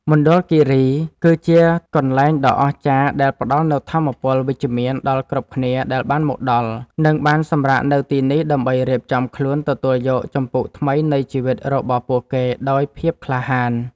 មណ្ឌលគីរីគឺជាកន្លែងដ៏អស្ចារ្យដែលផ្តល់នូវថាមពលវិជ្ជមានដល់គ្រប់គ្នាដែលបានមកដល់ និង បានសម្រាកនៅទីនេះដើម្បីរៀបចំខ្លួនទទួលយកជំពូកថ្មីនៃជីវិតរបស់ពួកគេដោយភាពក្លាហាន។